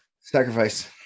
Sacrifice